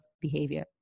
behavior